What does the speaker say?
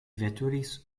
veturis